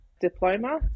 diploma